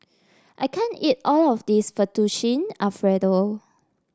I can't eat all of this Fettuccine Alfredo